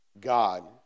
God